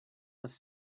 was